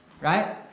right